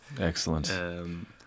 Excellent